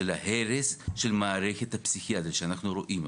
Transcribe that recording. של ההרס של המערכת הפסיכיאטרית שאנחנו רואים.